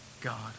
God